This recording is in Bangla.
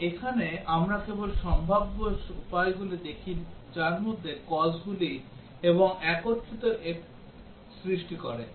এবং এখানে আমরা কেবল সম্ভাব্য উপায়গুলি দেখি যার মধ্যে causeগুলি এবং একত্রিত হয়ে effect সৃষ্টি করে